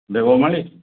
Deomali